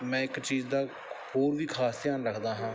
ਮੈਂ ਇੱਕ ਚੀਜ਼ ਦਾ ਹੋਰ ਵੀ ਖਾਸ ਧਿਆਨ ਰੱਖਦਾ ਹਾਂ